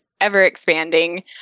ever-expanding